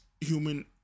human